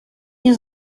nie